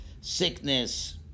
sickness